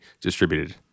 distributed